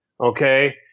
okay